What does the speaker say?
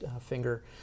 finger